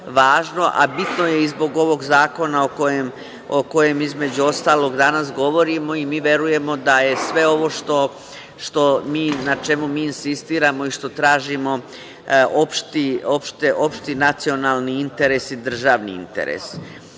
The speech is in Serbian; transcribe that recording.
a bitno je i zbog ovog zakona o kojem između ostalog danas govorimo. Mi verujemo da je sve ovo na čemu mi insistiramo i što tražimo, opšti nacionalni interes i državni interes. Sa